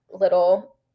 little